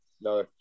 no